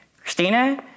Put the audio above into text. Christina